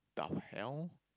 da hell